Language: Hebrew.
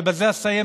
ובזה אסיים,